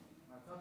מהצד,